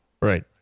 Right